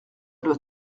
doit